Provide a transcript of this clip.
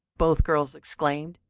both girls exclaimed,